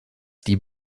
die